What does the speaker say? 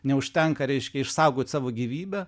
neužtenka reiškia išsaugot savo gyvybę